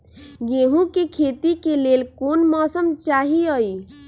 गेंहू के खेती के लेल कोन मौसम चाही अई?